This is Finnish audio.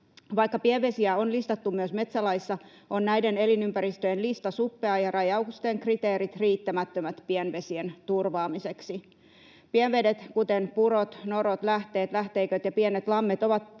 Vaikka pienvesiä on listattu myös metsälaissa, on näiden elinympäristöjen lista suppea ja rajausten kriteerit riittämättömät pienvesien turvaamiseksi. Pienvedet, kuten purot, norot, lähteet, lähteiköt ja pienet lammet,